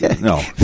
no